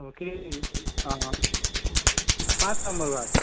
हो पाँच number ward